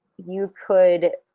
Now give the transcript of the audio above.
you could.